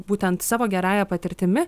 būtent savo gerąja patirtimi